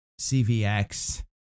CVX